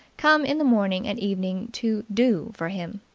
come in the morning and evening to do for him.